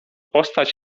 postać